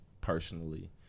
personally